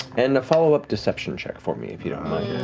and a followup deception check for me, if you don't